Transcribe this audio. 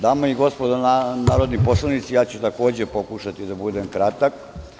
Dame i gospodo narodni poslanici, ja ću takođe pokušati da budem kratak.